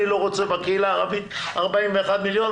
אני לא רוצה בקהילה הערבית 41 מיליון,